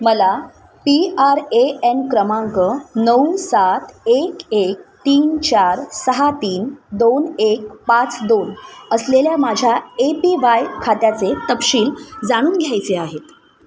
मला P R A N क्रमांक नऊ सात एक तीन चार सहा तीन दोन एक पाच दोन असलेल्या माझ्या ए पी वाय खात्याचे तपशील जाणून घ्यायचे आहेत